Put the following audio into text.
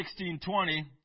16.20